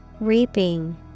Reaping